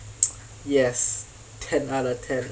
yes ten outta ten